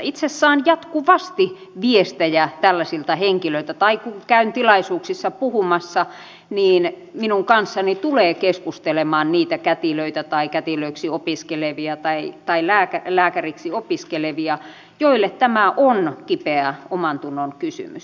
itse saan jatkuvasti viestejä tällaisilta henkilöiltä tai kun käyn tilaisuuksissa puhumassa niin minun kanssani tulee keskustelemaan niitä kätilöitä tai kätilöiksi opiskelevia tai lääkäriksi opiskelevia joille tämä on kipeä omantunnonkysymys